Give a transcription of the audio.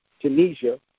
Tunisia